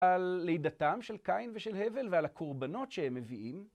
על לידתם של קין ושל הבל ועל הקורבנות שהם מביאים.